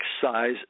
size